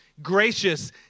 gracious